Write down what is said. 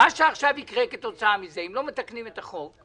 מה שיקרה עכשיו כתוצאה מזה אם לא מתקנים את החוק,